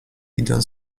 idę